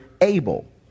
Abel